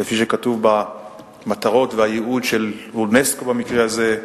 כפי שכתוב במטרות ובייעוד של אונסק"ו במקרה הזה,